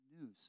news